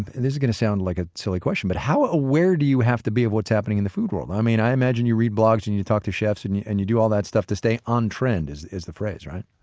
this is going to sound like a silly question, but how aware do you have to be of what's happening in the food world? i mean, i imagine you read blogs, and you talk to chefs and you and you do all that stuff to stay on trend is is the phrase, right?